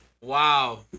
Wow